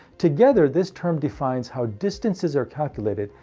together this term defines how distances are calculated,